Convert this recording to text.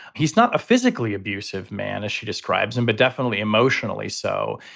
he's not a physically abusive man, as she describes him, but definitely emotionally so.